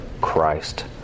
Christ